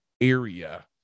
area